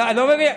אני לא מבין.